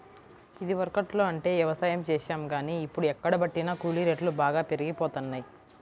ఇదివరకట్లో అంటే యవసాయం చేశాం గానీ, ఇప్పుడు ఎక్కడబట్టినా కూలీ రేట్లు బాగా పెరిగిపోతన్నయ్